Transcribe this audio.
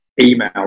email